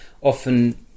Often